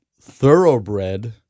thoroughbred